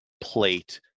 plate